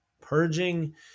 purging